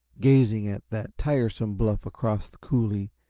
gazing at that tiresome bluff across the coulee,